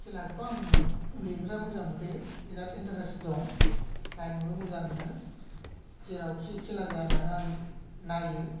खेलाखौथ' आङो उन्दैनिफ्राय मोजां मोनखायो बिराथ इन्टारेस्ट दं नायनोबो मोजां मोनो जेरावखि खेला जाया मानो आं नायो